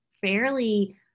fairly